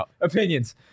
opinions